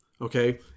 Okay